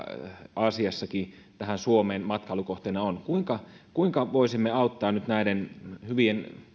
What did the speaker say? aasiassakin suomeen matkailukohteena on kuinka kuinka voisimme auttaa nyt näiden hyvien